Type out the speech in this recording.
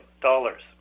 dollars